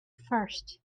first